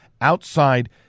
outside